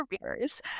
careers